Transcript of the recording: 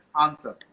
answer